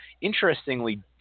Interestingly